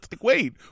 wait